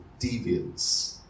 deviance